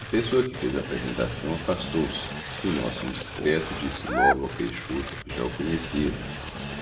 a pessoa que fez a apresentação afastou-se e o nosso indiscreto disse logo ao peixoto que já o conhecia